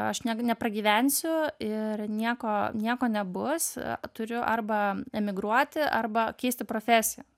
aš ne nepragyvensiu ir nieko nieko nebus turiu arba emigruoti arba keisti profesiją